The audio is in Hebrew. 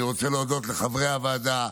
אני רוצה להודות לחברי הוועדה,